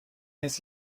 his